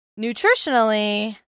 Nutritionally